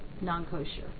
non-kosher